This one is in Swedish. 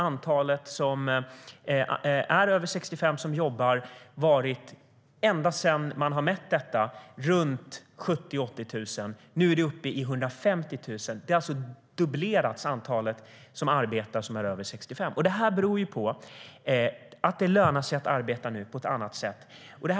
Antalet personer som är över 65 år och som jobbar har ända sedan man började mäta detta legat på runt 70 000-80 000. Nu är det uppe i 150 000. Antalet som arbetar som är över 65 år har alltså dubblerats. Detta beror på att det nu lönar sig på ett annat sätt att arbeta.